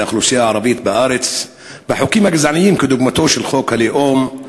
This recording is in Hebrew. האוכלוסייה הערבית בארץ בחוקים גזעניים כדוגמתו של חוק הלאום,